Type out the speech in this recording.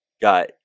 got